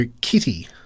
Kitty